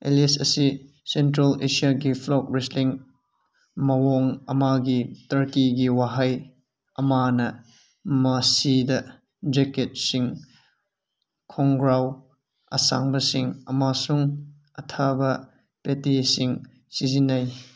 Alice ꯑꯁꯤ central ꯑꯦꯁꯤꯌꯥꯒꯤ folk wrestling ꯃꯑꯣꯡ ꯑꯃꯒꯤ ꯇꯔꯀꯤꯒꯤ ꯋꯥꯍꯩ ꯑꯃꯅ ꯃꯁꯤꯗ ꯖꯦꯛꯀꯦꯠꯁꯤꯡ ꯈꯣꯡꯒ꯭ꯔꯥꯎ ꯑꯁꯥꯡꯕꯁꯤꯡ ꯑꯃꯁꯨꯡ ꯑꯊꯥꯕ ꯄꯦꯇꯤꯁꯤꯡ ꯁꯤꯖꯤꯟꯅꯩ